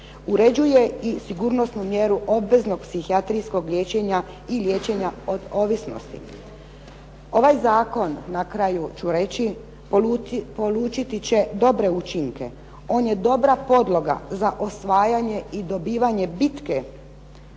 Uređuje i sigurnosnu mjeru obveznog psihijatrijskog liječenja i liječenja od ovisnosti. Ovaj Zakon na kraju ću reći, polučiti će dobre učinke, on je dobra podloga za osvajanje i dobivanje bitke